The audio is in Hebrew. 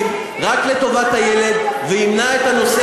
אורלי, היא תסתכל על טובת הילד, היא תדאג